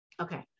Okay